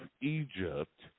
Egypt